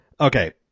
okay